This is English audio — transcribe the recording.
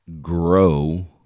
grow